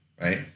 right